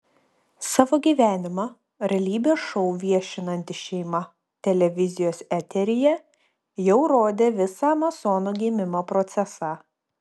savo gyvenimą realybės šou viešinanti šeima televizijos eteryje jau rodė visą masono gimimo procesą